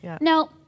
No